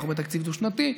אנחנו בתקציב דו-שנתי.